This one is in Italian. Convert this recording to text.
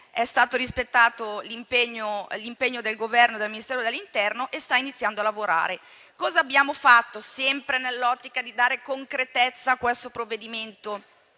è stato rispettato l'impegno del Governo e del Ministero dell'interno: l'Osservatorio c'è e sta iniziando a lavorare. Cosa abbiamo fatto, sempre nell'ottica di dare concretezza a questo provvedimento,